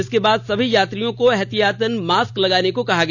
इसके बाद सभी यात्रियों को एहतियातन मास्क लगाने को कहा गया